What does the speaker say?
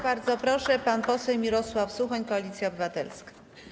Bardzo proszę, pan poseł Mirosław Suchoń, Koalicja Obywatelska.